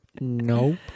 Nope